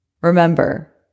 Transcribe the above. Remember